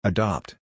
Adopt